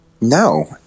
No